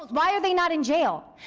why are they not in jail?